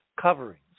coverings